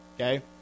Okay